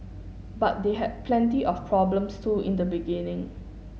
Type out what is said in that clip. but they had plenty of problems too in the beginning